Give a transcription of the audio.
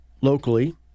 locally